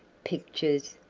pictures,